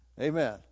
Amen